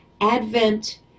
Advent